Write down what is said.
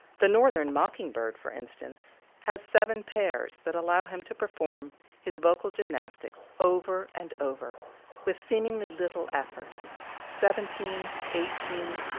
the northern mockingbird, for instance, has seven pairs that allow him to perform his vocal gymnastics over and over with seemingly little effort seventeen, eighteen,